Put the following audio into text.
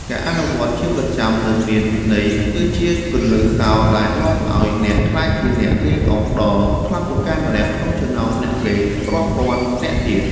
ការអនុវត្តជាប្រចាំនិងមានវិន័យគឺជាគន្លឹះសោរដែលនាំឱ្យអ្នកក្លាយជាអ្នកលេងអុកដ៏ខ្លាំងពូកែម្នាក់ក្នុងចំណោមអ្នកលេងរាប់ពាន់នាក់ទៀត។